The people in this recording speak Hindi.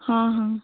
हाँ हाँ